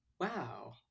wow